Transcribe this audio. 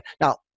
Now